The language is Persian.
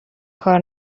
کار